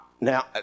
Now